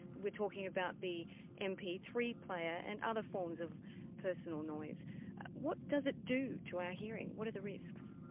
we're talking about the m p three player and other forms of personal noise what does it do to our hearing, what are the risks?